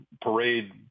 parade